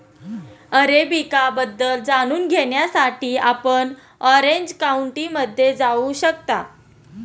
arabica बद्दल जाणून घेण्यासाठी आपण ऑरेंज काउंटीमध्ये जाऊ शकता